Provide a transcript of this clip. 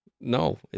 No